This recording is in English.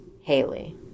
Haley